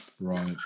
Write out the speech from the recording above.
Right